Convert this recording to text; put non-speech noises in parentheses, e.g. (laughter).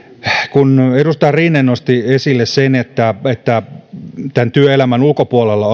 kun edustaja rinne nosti esille sen että hallitus ei olisi näitä työelämän ulkopuolella (unintelligible)